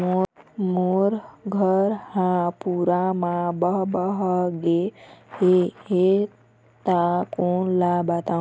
मोर घर हा पूरा मा बह बह गे हे हे ता कोन ला बताहुं?